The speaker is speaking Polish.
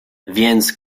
więc